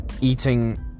eating